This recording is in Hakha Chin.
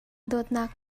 dawtnak